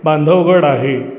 बांधवगड आहे